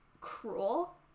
cruel